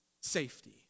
safety